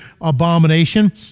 abomination